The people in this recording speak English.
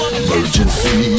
Emergency